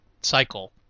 cycle